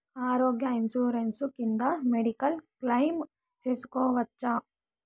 ఆరోగ్య ఇన్సూరెన్సు కింద medical claim సేసుకోవచ్చా?